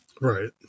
Right